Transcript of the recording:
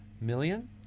million